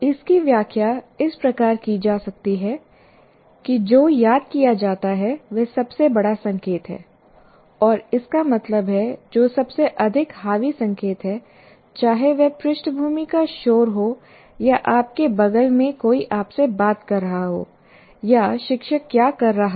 इसकी व्याख्या इस प्रकार की जा सकती है कि जो याद किया जाता है वह सबसे बड़ा संकेत है और इसका मतलब है जो सबसे अधिक हावी संकेत है चाहे वह पृष्ठभूमि का शोर हो या आपके बगल में कोई आपसे बात कर रहा हो या शिक्षक क्या कह रहा हो